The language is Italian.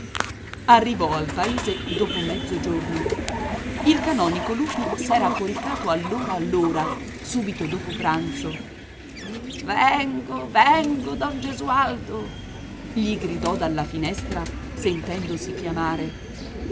arrivò al paese dopo mezzogiorno il canonico lupi s'era coricato allora allora subito dopo pranzo vengo vengo don gesualdo gli gridò dalla finestra sentendosi chiamare